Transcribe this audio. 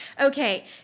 Okay